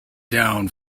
down